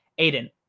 Aiden